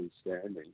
standing